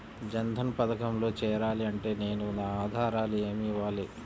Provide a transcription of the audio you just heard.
జన్ధన్ పథకంలో చేరాలి అంటే నేను నా ఆధారాలు ఏమి ఇవ్వాలి?